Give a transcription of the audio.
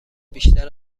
بیشتر